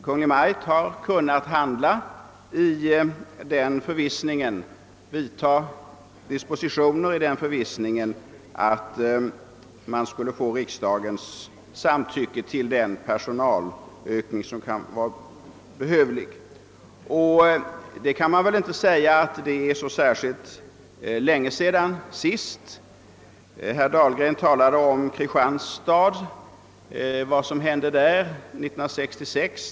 Kungl. Maj:t har ansett sig kunna vidta dispositioner i förvissningen att få riksdagens samtycke till den personalökning som kunde vara behövlig. Man kan inte säga att det är så särskilt länge sedan motsvarande situation förelåg. Herr Dahlgren talade om vad som hände i Kristianstads län 1966.